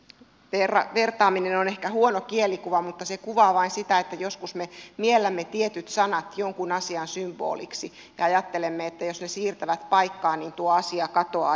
vertaaminen on ehkä huono kielikuva mutta se kuvaa vain sitä että joskus me miellämme tietyt sanat jonkun asian symboliksi ja ajattelemme että jos ne siirtävät paikkaa niin tuo asia katoaa jonnekin